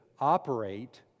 operate